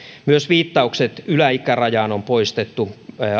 myös aiempien esityksien viittaukset yläikärajaan on poistettu